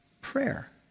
prayer